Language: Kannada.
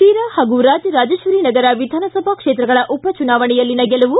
ಶಿರಾ ಹಾಗೂ ರಾಜರಾಜೇಶ್ವರಿ ನಗರ ವಿಧಾನಸಭಾ ಕ್ಷೇತ್ರಗಳ ಉಪ ಚುನಾವಣೆಯಲ್ಲಿನ ಗೆಲುವು